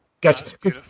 Gotcha